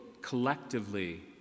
Collectively